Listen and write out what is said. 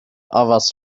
others